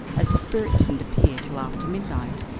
as the spirit didn't appear till after midnight.